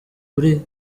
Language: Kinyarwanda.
buri